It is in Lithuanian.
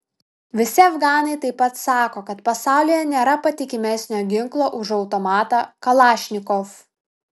visi afganai taip pat sako kad pasaulyje nėra patikimesnio ginklo už automatą kalašnikov